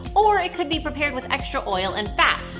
or it could be prepared with extra oil and fat.